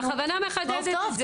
אני בכוונה מחדדת את זה,